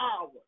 hours